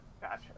Gotcha